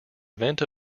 event